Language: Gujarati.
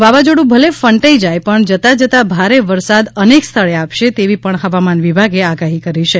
વાવાઝોડું ભલે ફંટાઇ જાય પણ જતા જતા ભારે વરસાદ અનેક સ્થળે આપશે તેવી પણ હવામાન વિભાગે આગાહી કરી છે